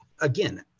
again